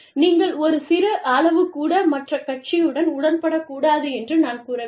நீங்கள் ஒரு சிறு அளவு கூட மற்ற கட்சியுடன் உடன்படக்கூடாது என்று நான் கூறவில்லை